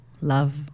love